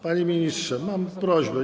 Panie ministrze, mam prośbę.